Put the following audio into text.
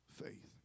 faith